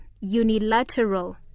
unilateral